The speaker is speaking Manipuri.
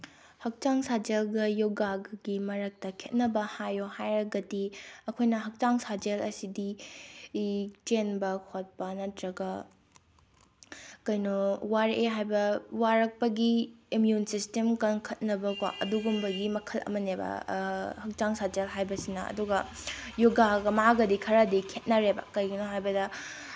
ꯍꯛꯆꯥꯡ ꯁꯥꯖꯦꯜꯒ ꯌꯣꯒꯥꯒꯒꯤ ꯃꯔꯛꯇ ꯈꯦꯠꯅꯕ ꯍꯥꯏꯌꯣ ꯍꯥꯏꯔꯒꯗꯤ ꯑꯩꯈꯣꯏꯅ ꯍꯛꯆꯥꯡ ꯁꯥꯖꯦꯜ ꯑꯁꯤꯗꯤ ꯆꯦꯟꯕ ꯈꯣꯠꯄ ꯅꯠꯇ꯭ꯔꯒ ꯀꯩꯅꯣ ꯋꯥꯔꯛꯑꯦ ꯍꯥꯏꯕ ꯋꯥꯔꯛꯄꯒꯤ ꯏꯃ꯭ꯌꯨꯟ ꯁꯤꯁꯇꯦꯝ ꯀꯟꯈꯠꯅꯕꯀꯣ ꯑꯗꯨꯒꯨꯝꯕꯒꯤ ꯃꯈꯜ ꯑꯃꯅꯦꯕ ꯍꯛꯆꯥꯡ ꯁꯥꯖꯦꯜ ꯍꯥꯏꯕꯁꯤꯅ ꯑꯗꯨꯒ ꯌꯣꯒꯥꯒ ꯃꯥꯒꯗꯤ ꯈꯔꯗꯤ ꯈꯦꯠꯅꯔꯦꯕ ꯀꯩꯒꯤꯅꯣ ꯍꯥꯏꯕꯗ